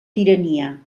tirania